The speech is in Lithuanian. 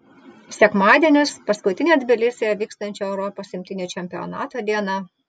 sekmadienis paskutinė tbilisyje vykstančio europos imtynių čempionato diena